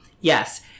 yes